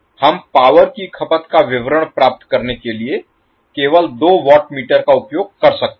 हम पावर की खपत का विवरण प्राप्त करने के लिए केवल दो वाट मीटर का उपयोग कर सकते हैं